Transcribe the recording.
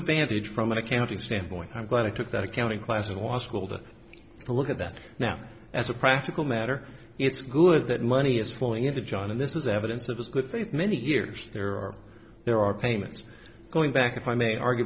advantage from an accounting standpoint i'm glad i took that accounting class in law school to look at that now as a practical matter it's good that money is flowing into john and this is evidence of his good faith many years there are there are payments going back if i may argue